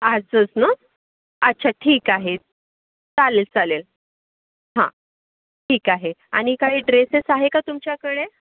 आजच ना अच्छा ठीक आहे चालेल चालेल हा ठीक आहे आणि काही ड्रेसेस आहे का तुमच्याकडे